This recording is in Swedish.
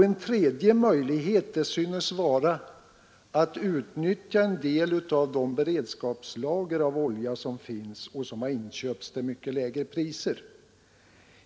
En tredje möjlighet synes vara att utnyttja en del av de beredskapslager av olja som finns och som inköpts till mycket lägre priser än de nuvarande.